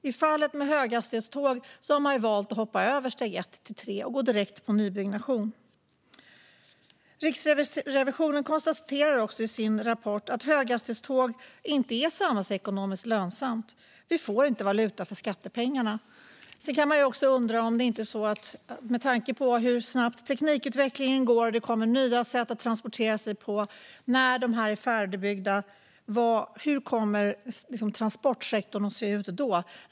I fallet med höghastighetståg har man valt att hoppa över steg ett till tre och gå direkt till nybyggnation. Riksrevisionen konstaterar också i sin rapport att höghastighetståg inte är samhällsekonomiskt lönsamma; vi får inte valuta för skattepengarna. Man kan också, med tanke på hur snabbt teknikutvecklingen går och på att det kommer nya sätt att transportera sig, undra hur transportsektorn kommer att se ut när höghastighetsbanorna är färdigbyggda.